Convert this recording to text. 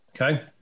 Okay